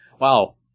wow